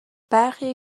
برخی